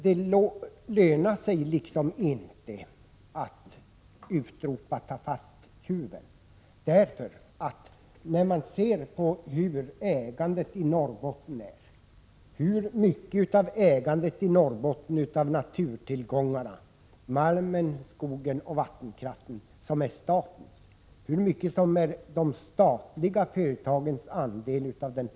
Det lönar sig inte att utropa ”ta fast tjuven”, när man ser hur mycket av naturtillgångarna i Norrbotten —- malm, skog och vattenkraft — som ägs av staten och hur mycket av den totala sysselsättningen som är de statliga företagens andel.